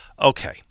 Okay